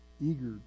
eager